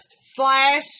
Slash